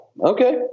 Okay